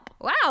Wow